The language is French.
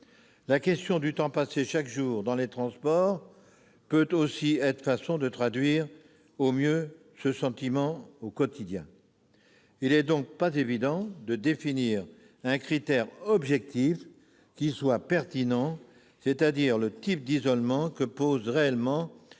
La question du temps passé chaque jour dans les transports peut aussi être une façon de traduire au mieux ce sentiment au quotidien. Surtout en Île-de-France ! Il n'est donc pas évident de définir un critère objectif pertinent, c'est-à-dire le type d'isolement qui pose réellement